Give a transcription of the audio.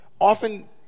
often